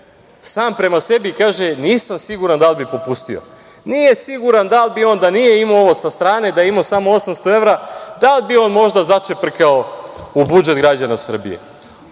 sam prema sebi. Kaže – nisam siguran da li bi popustio. Nije siguran da li bi on da nije imao ovo sa strane, da je imao samo 800 evra da li bi on možda začeprkao u budžet građana Srbije.